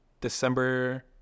December